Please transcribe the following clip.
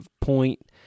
point